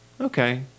Okay